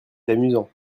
amusant